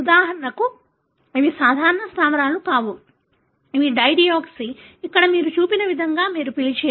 ఉదాహరణకు ఇవి సాధారణ స్థావరాలు కావు ఇవి డైడియోక్సీ ఇక్కడ మీరు చూపిన విధంగా మీరు పిలిచేవి